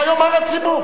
מה יאמר הציבור?